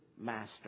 master